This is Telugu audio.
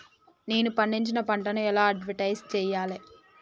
నేను పండించిన పంటను ఎలా అడ్వటైస్ చెయ్యాలే?